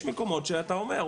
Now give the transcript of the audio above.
יש מקומות שאתה אומר,